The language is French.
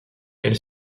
elle